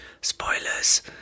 Spoilers